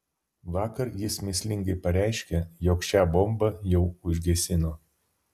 vakar jis mįslingai pareiškė jog šią bombą jau užgesino